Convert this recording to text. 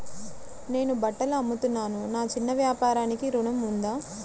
నేను బట్టలు అమ్ముతున్నాను, నా చిన్న వ్యాపారానికి ఋణం ఉందా?